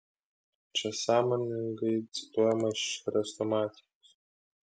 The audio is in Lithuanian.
čia sąmoningai cituojama iš chrestomatijos